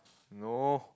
no